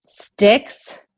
sticks